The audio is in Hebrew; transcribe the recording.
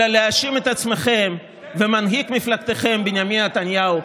אלא להאשים את עצמכם ואת מנהיג מפלגתכם בנימין נתניהו.